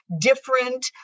different